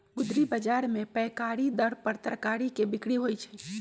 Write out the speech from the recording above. गुदरी बजार में पैकारी दर पर तरकारी के बिक्रि होइ छइ